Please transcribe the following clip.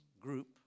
group